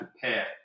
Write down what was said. pair